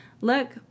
look